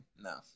no